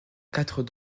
quatre